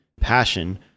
passion